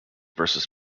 versus